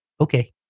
Okay